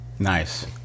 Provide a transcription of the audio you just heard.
nice